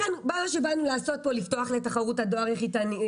לכן כאן באנו לפתוח לתחרות את הדואר היחידני.